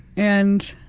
and